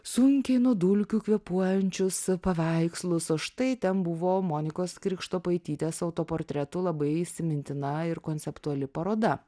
sunkiai nuo dulkių kvėpuojančius paveikslus o štai ten buvo monikos krikštopaitytės autoportretu labai įsimintina ir konceptuali paroda